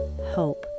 hope